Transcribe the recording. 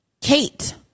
Kate